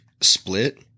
split